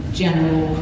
general